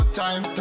time